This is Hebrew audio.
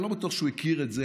אני לא בטוח שהוא הכיר את זה,